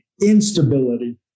instability